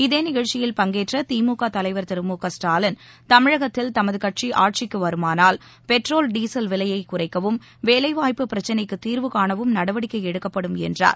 இதே நிகழ்ச்சியில் பங்கேற்ற திமுக தலைவர் திரு மு க ஸ்டாலின் தமிழகத்தில் தமது கட்சி ஆட்சிக்கு வருமானால் பெட்ரோல் டீசல் விலையைக் குறைக்கவும் வேலை வாய்ப்பு பிரச்னைக்குத் தீர்வு காணவும் நடவடிக்கை எடுக்கப்படும் என்றார்